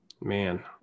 man